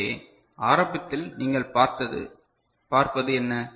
எனவே ஆரம்பத்தில் நீங்கள் பார்ப்பது என்ன